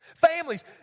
Families